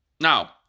Now